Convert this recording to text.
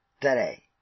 today